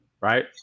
right